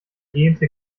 gähnte